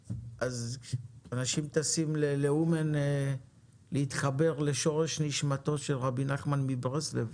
אנשים טסים לאומן להתחבר לשורש נשמתו של רבי נחמן מברסלב,